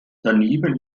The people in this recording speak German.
daneben